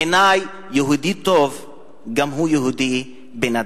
בעיני יהודי טוב גם הוא יהודי בן-אדם.